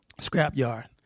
scrapyard